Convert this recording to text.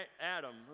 Adam